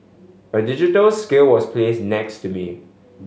a digital scale was place next to me